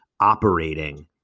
operating